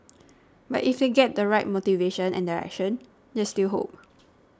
but if they get the right motivation and direction there's still hope